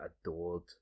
adored